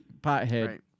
pothead